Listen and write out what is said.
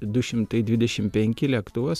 du šimtai dvidešim penki lėktuvas